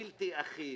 שהוא בלתי אכיף,